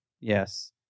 Yes